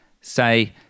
say